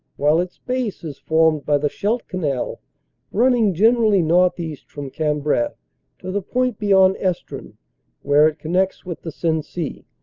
while its base is formed by the scheidt canal running generally north east from cambrai to the point beyond estrun where it con nects with the sensee.